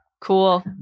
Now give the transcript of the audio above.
Cool